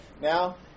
now